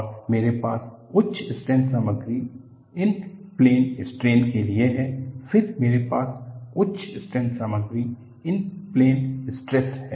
और मेरे पास उच्च स्ट्रेंथ सामग्री इन प्लेन स्ट्रेन के लिए है फिर मेरे पास उच्च स्ट्रेंथ सामग्री इन प्लेन स्ट्रेस है